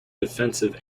defensive